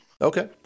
Okay